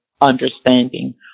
understanding